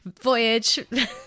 voyage